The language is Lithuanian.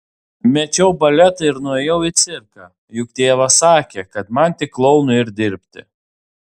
mečiau baletą ir nuėjau į cirką juk tėvas sakė kad man tik klounu ir dirbti